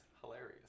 hilarious